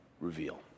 reveal